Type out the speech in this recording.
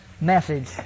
message